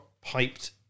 piped